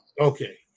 Okay